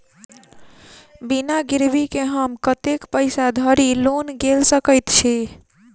बिना गिरबी केँ हम कतेक पैसा धरि लोन गेल सकैत छी?